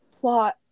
plot